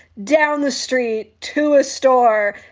down the street to a store,